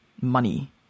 money